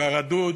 והרדוד